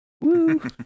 Woo